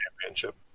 championship